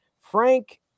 Frank